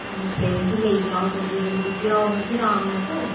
ते इसलेई मिगी लेई जाओ जल्दी जल्दी पजाओ मिगी रामनगर